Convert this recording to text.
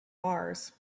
mars